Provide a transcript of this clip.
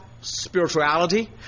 spirituality